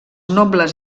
nobles